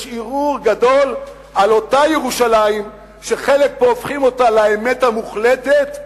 יש ערעור גדול על אותה ירושלים שחלק פה הופכים אותה לאמת המוחלטת,